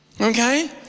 okay